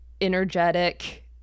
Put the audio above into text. energetic